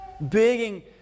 begging